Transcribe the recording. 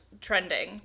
trending